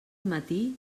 matí